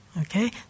okay